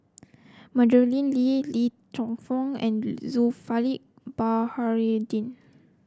Madeleine Lee Ling Geok Choon and Zulkifli Baharudin